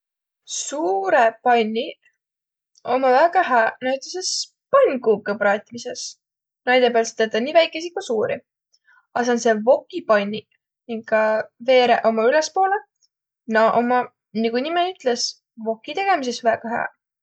Suurõq panniq ommaq väega hääq näütüses pannkuukõ praat'misõs. Näide pääl saa tetäq nii väikeisi ku suuri. A säändseq wokipanniq, minka veereq ommaq ülespoolõ, naaq ommaq, nigu nimi ütles, woki tegemises väega hääq.